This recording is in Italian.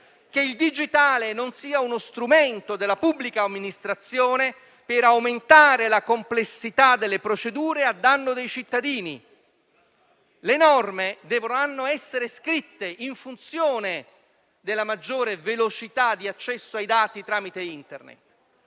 che il digitale non sia uno strumento della pubblica amministrazione per aumentare la complessità delle procedure a danno dei cittadini. Le norme dovranno essere scritte in funzione della maggiore velocità di accesso ai dati tramite Internet.